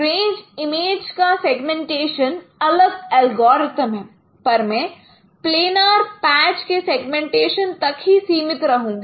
range image का segmentation अलग algorithm है पर मैं प्लेनर पैच के सेगमेंटेशन तक ही सीमित रहूँगा